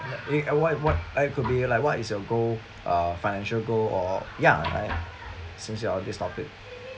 wait uh why what it could be like what is your goal uh financial goal or ya since you're on this topic